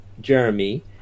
Jeremy